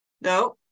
no